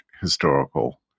historical